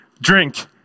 drink